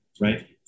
right